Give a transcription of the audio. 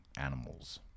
animals